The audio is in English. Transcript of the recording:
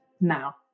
now